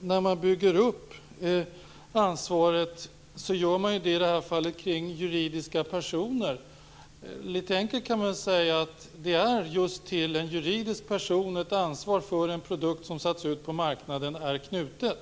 När man bygger upp ansvaret gör man det kring juridiska personer i det här fallet. Enkelt uttryckt kan man säga att ansvaret för en produkt som satts ut på marknaden är knutet